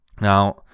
Now